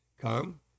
come